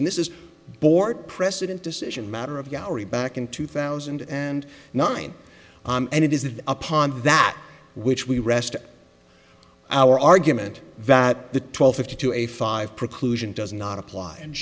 and this is board precedent decision matter of gallery back in two thousand and nine and it is that upon that which we rest our argument that the twelve fifty to a five preclusion does not apply and